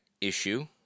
issue